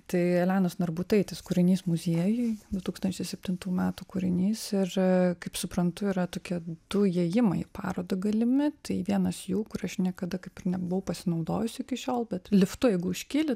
tai elenos narbutaitės kūrinys muziejuj du tūkstančiai septintų metų kūrinys ir kaip suprantu yra tokie du įėjimai į parodą galimi tai vienas jų kuriuo aš niekada kaip ir nebuvau pasinaudojusi iki šiol bet liftu jeigu užkyli